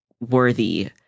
worthy